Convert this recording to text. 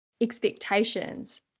expectations